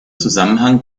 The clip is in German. zusammenhang